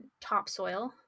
Topsoil